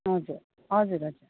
हजुर हजुर हजुर